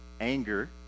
anger